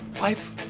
life